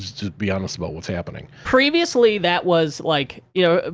just be honest about what's happening. previously, that was, like, you know, ah